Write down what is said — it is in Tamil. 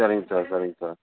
சரிங்க சார் சரிங்க சார்